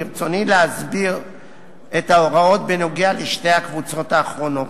ברצוני להסביר את ההוראות בנוגע לשתי הקבוצות האחרונות.